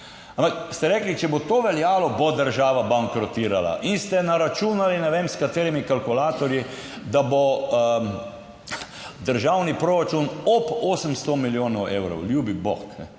ampak ste rekli, če bo to veljalo, bo država bankrotirala, in ste naračunali ne vem s katerimi kalkulatorji, da bo državni proračun ob 800 milijonov evrov? Ljubi bog,